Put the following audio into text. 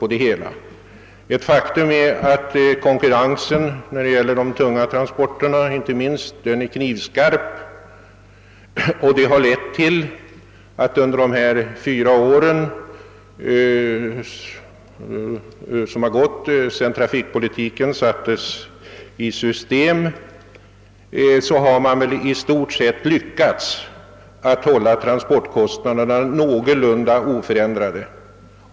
Konkurrensen på transportområdet är knivskarp, inte minst när det gäller de tunga transporterna, och det har lett till att vi under de fyra år som gått sedan den nya trafikpolitiken sattes i system har lyckats hålla transportkostnaderna någorlunda oförändrade.